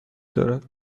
دارد